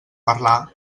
parlar